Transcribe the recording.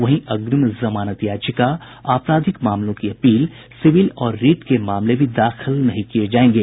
वहीं अग्रिम जमानत याचिका आपराधिक मामलों की अपील सिविल और रिट के मामले भी दाखिल नहीं किये जायेंगे